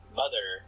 mother